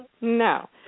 No